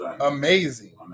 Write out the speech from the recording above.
amazing